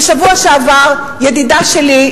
בשבוע שעבר ידידה שלי,